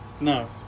no